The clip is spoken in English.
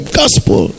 gospel